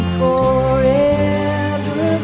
forever